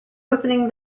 opening